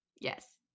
Yes